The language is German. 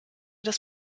das